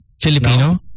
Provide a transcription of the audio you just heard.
Filipino